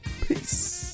Peace